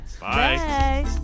Bye